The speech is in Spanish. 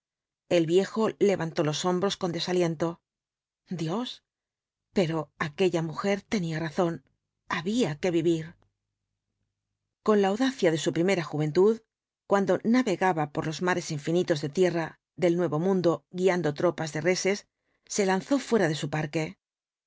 el viejo levantó los hombros con desaliento dios pero aquella mujer tenía razón había que vivir con la audacia de su primera juventud cuando navegaba por los mares infinitos de tierra del nuevo mundo guiando tropas de reses se lanzó fuera de su parque